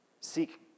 seek